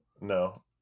No